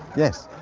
yes.